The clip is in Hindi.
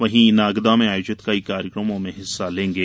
वहीं नागदा में आयोजित कई कार्यक्रमों में हिस्सा लेंगे